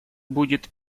будет